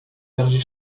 berger